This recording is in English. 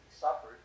Suffered